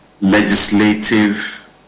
legislative